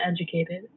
educated